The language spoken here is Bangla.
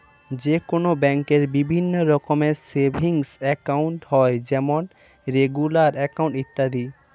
যে কোনো ব্যাঙ্কে বিভিন্ন রকমের সেভিংস একাউন্ট হয় যেমন রেগুলার অ্যাকাউন্ট, ইত্যাদি